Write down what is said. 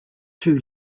too